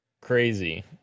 crazy